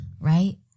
right